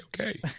okay